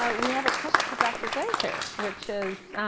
ah we have a question for doctor glaser. which is,